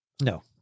No